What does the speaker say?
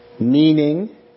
meaning